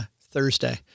Thursday